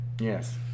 Yes